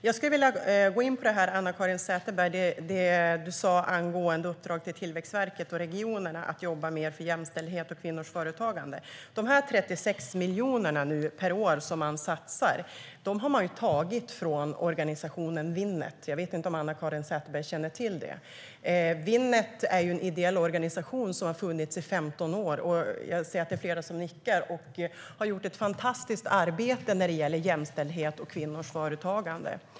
Jag skulle vilja gå in på det du sa, Anna-Caren Sätherberg, om uppdrag till Tillväxtverket och regionerna att jobba mer för jämställdhet och kvinnors företagande. De 36 miljonerna per år som man nu satsar har man tagit från organisationen Winnet. Jag vet inte om Anna-Caren Sätherberg känner till det. Winnet är en ideell organisation som har funnits i 15 år - jag ser att det är flera i kammaren som nickar - och har gjort ett fantastiskt arbete när det gäller jämställdhet och kvinnors företagande.